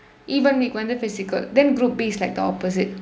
even week வந்து:vandthu physical then group B is like the opposite